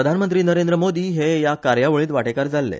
प्रधानमंत्री नरेंद्र मोदी हे ह्या कार्यावळींत वांटेकार जाल्ले